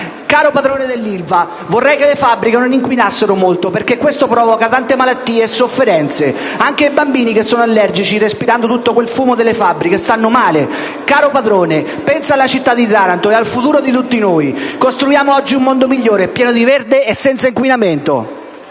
«Caro padrone dell'Ilva, vorrei che le fabbriche non inquinassero molto, perché questo provoca tante malattie e sofferenze. Anche i bambini che sono allergici, respirando tutto quel fumo delle fabbriche, stanno male. Caro padrone, pensa alla città di Taranto e al futuro di tutti noi. Costruiamo oggi un mondo migliore pieno di verde e senza inquinamento».